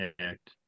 Act